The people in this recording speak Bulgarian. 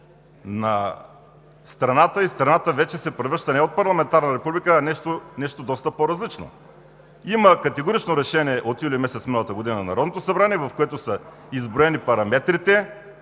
на страната и страната вече се превръща не в парламентарна република, а в нещо доста по-различно. Има категорично решение от месец юли миналата година на Народното събрание, в което са изброени параметрите